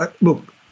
Look